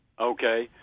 Okay